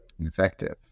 effective